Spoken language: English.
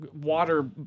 water